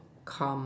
calm